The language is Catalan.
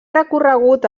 recorregut